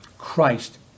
Christ